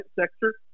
sector